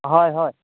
ᱦᱳᱭ ᱦᱳᱭ